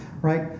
right